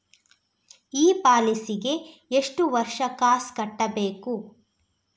ಈ ಪಾಲಿಸಿಗೆ ಎಷ್ಟು ವರ್ಷ ಕಾಸ್ ಕಟ್ಟಬೇಕು?